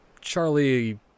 Charlie